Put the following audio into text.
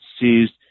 seized